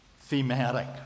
thematic